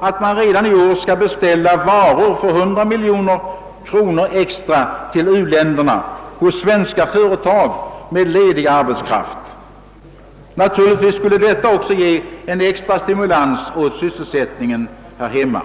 att man redan i år skall beställa varor för 100 miljoner kronor extra till u-länderna hos svenska företag med ledig arbetskraft. Naturligtvis skulle också detta ge en extra stimulans åt sysselsättningen här hemma.